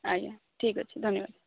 ଆଜ୍ଞା ଠିକ୍ ଅଛି ଧନ୍ୟବାଦ